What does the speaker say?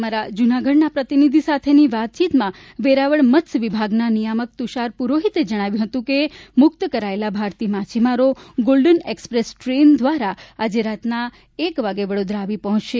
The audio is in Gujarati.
અમારા જૂનાગઢના પ્રતિનિધિ સાથેની વાતચીતમાં વેરાવળ મત્સ્યવિભાગના નિયામક તુષાર પુરોહિતે જણાવ્યું હતું કે મુક્ત કરાયેલ ભારતીય માછીમારો ગોલ્ડન એકસપ્રેસ ટ્રેન દ્વારા આજે રાતના એક વાગ્યે વડોદરા આવી પહોંચશે